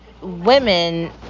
women